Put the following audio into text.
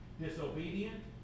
disobedient